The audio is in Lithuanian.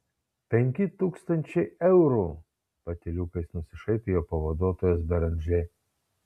penki tūkstančiai eurų patyliukais nusišaipė jo pavaduotojas beranžė